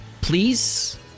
please